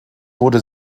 wurde